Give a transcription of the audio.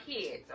kids